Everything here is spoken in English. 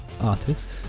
artist